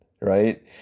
right